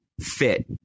fit